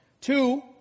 Two